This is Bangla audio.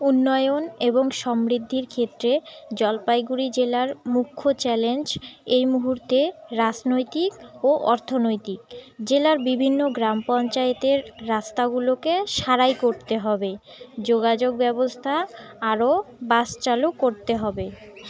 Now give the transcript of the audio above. উন্নয়ন এবং সমৃদ্ধির ক্ষেত্রে জলপাইগুড়ি জেলার মুখ্য চ্যালেঞ্জ এই মুহূর্তে রাজনৈতিক ও অর্থনৈতিক জেলার বিভিন্ন গ্রাম পঞ্চায়েতের রাস্তাগুলোকে সারাই করতে হবে যোগাযোগ ব্যবস্থা আরও বাস চালু করতে হবে